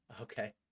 Okay